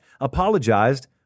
apologized